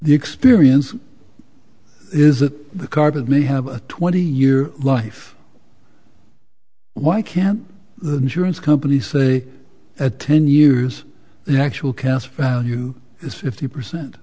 the experience is that the carpet may have a twenty year life why can't the insurance company say at ten years the actual cancer value is fifty percent